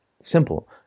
simple